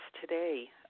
today